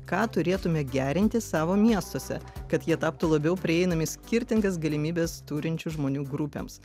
ką turėtume gerinti savo miestuose kad jie taptų labiau prieinami skirtingas galimybes turinčių žmonių grupėms